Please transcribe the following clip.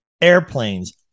airplanes